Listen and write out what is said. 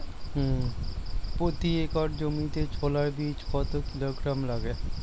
প্রতি একর জমিতে ছোলা বীজ কত কিলোগ্রাম লাগে?